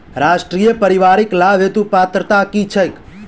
राष्ट्रीय परिवारिक लाभ हेतु पात्रता की छैक